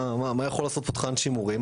מה יכול לעשות פותחן שימורים.